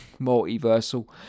multiversal